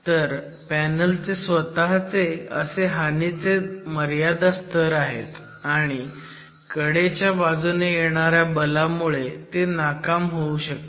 तर पॅनलचे स्वतःचे असे हानीचे मर्यादा स्तर आहेत आणि कडेच्या बाजूने येणाऱ्या बला मुळे ते नाकाम होऊ शकते